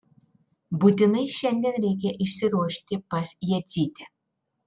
būtinai šiandien reikia išsiruošti pas jadzytę